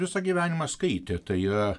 visą gyvenimą skaitė tai yra